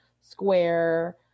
square